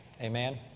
Amen